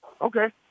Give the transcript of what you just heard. Okay